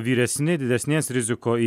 vyresni didesnės riziko į